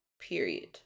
period